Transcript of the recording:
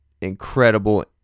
incredible